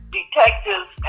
Detectives